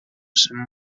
some